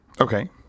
Okay